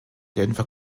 genfer